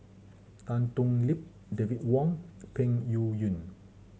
Tan Thoon Lip David Wong and Peng Yuyun